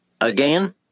again